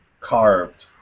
carved